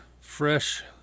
fresh